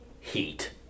heat